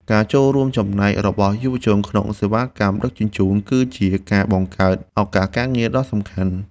ការចូលរួមចំណែករបស់យុវជនក្នុងសេវាកម្មដឹកជញ្ជូន គឺជាការបង្កើតឱកាសការងារដ៏សំខាន់។